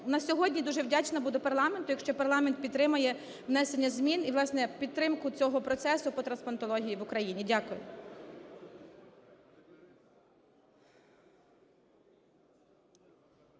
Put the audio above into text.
На сьогодні дуже вдячна буду парламенту, якщо парламент підтримає внесення змін і, власне, підтримку цього процесу по трансплантології в Україні. Дякую.